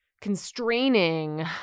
constraining